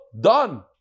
done